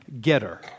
getter